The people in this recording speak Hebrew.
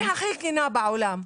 אני הכי כנה בעולם.